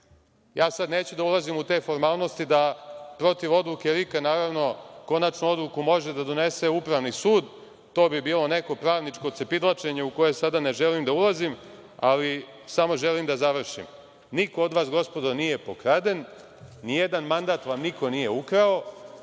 Ja sad neću da ulazim u te formalnosti. Protiv odluke RIK-a, naravno, može da donese Upravni sud, to bi bilo neko pravničko cepidlačenje u koje sada ne želim da ulazim. Samo želim da završim. Niko od vas, gospodo, nije pokraden. Nijedan mandat vam niko nije ukrao.